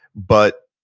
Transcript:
but